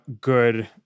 good